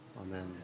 Amen